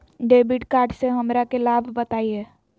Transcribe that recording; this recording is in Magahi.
डेबिट कार्ड से हमरा के लाभ बताइए?